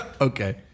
Okay